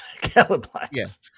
Calabasas